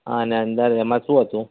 હં અને અંદર એમાં શું હતું